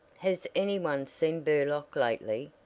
has any one seen burlock lately?